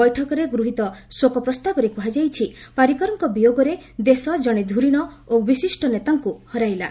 ବୈଠକରେ ଗୃହୀତ ଶୋକ ପ୍ରସ୍ତାବରେ କୃହାଯାଇଛି ପାରିକରଙ୍କ ବିୟୋଗରେ ଦେଶ ଜଣେ ଧରୀଣ ଏବଂ ବିଶିଷ୍ଟ ନେତାଙ୍କୁ ହରାଇଲା